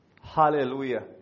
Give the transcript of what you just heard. Hallelujah